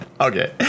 Okay